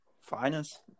Finest